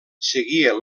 seguia